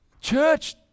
church